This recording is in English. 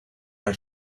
are